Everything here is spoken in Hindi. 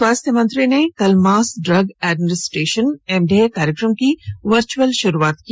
स्वास्थ्य मंत्री ने कल मास ड्रग एडमिनिस्ट्रेशन एमडीए कार्यक्रम की वर्चुअल शुरूआत की